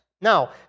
Now